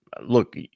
look